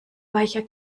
weicher